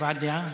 הבעת דעה?